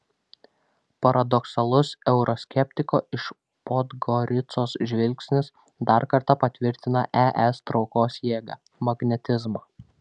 paradoksalus euroskeptiko iš podgoricos žvilgsnis dar kartą patvirtina es traukos jėgą magnetizmą